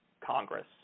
Congress